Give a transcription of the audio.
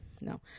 No